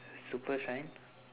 super shine